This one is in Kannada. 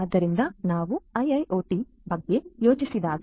ಆದ್ದರಿಂದ ನಾವು IIoT ಬಗ್ಗೆ ಯೋಚಿಸಿದಾಗ